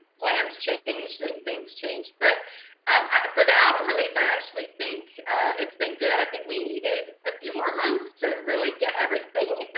plans changed and things changed. but um for the album release, i actually think it's been good. i think we needed a few more months to really get everything